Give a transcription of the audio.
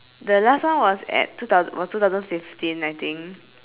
the last time was at two thousand or two thousand fifteen I think